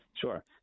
Sure